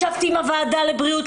ישבתי עם הוועדה לבריאות,